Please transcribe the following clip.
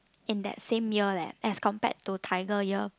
in that same year leh as compared to tiger year